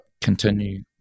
continue